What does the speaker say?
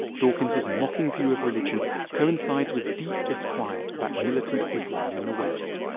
dawkins's mocking view of religion coincides with deep disquiet about militant islam in the west.